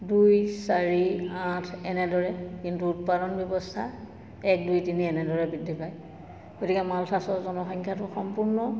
দুই চাৰি আঠ এনেদৰে কিন্তু উৎপাদন ব্যৱস্থা এক দুই তিনি এনেদৰে বৃদ্ধি পায় গতিকে মালথাচৰ জনসংখ্যাটো সম্পূৰ্ণ